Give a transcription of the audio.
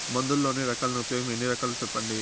మందులలోని రకాలను ఉపయోగం ఎన్ని రకాలు? సెప్పండి?